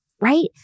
right